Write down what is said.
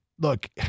look